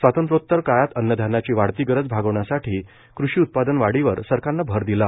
स्वातंत्रोत्तर काळात अन्नधान्याची वाढती गरज भागवण्यासाठी कृषी उत्पादन वाढीवर सरकारनं भर दिला